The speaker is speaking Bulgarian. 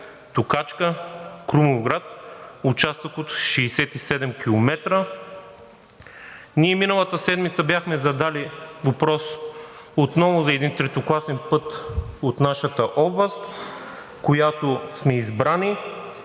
Токачка – Крумовград, участък от 67 километра. Ние миналата седмица бяхме задали въпрос отново за един третокласен път от нашата област, от която сме избрани.